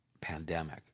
pandemic